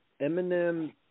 Eminem